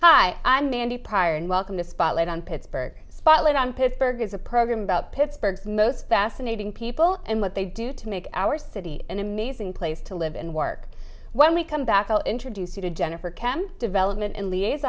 i'm mandy pryor and welcome to spotlight on pittsburgh spotlight on pittsburgh is a program about pittsburgh most fascinating people and what they do to make our city an amazing place to live and work when we come back i'll introduce you to jennifer cam development